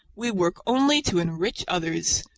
we work only to enrich others.